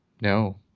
No